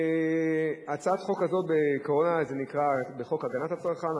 הצעת החוק הזו נקראת חוק הגנת הצרכן.